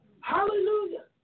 Hallelujah